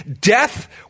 Death